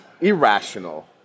irrational